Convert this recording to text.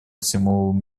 всему